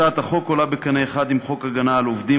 הצעת החוק עולה בקנה אחד עם חוק הגנה על עובדים